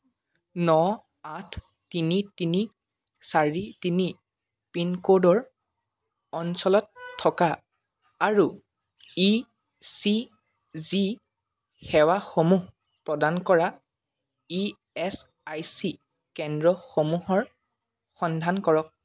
ন আঠ তিনি তিনি চাৰি তিনি পিনক'ডৰ অঞ্চলত থকা আৰু ই চি জি সেৱাসমূহ প্ৰদান কৰা ই এছ আই চি কেন্দ্ৰসমূহৰ সন্ধান কৰক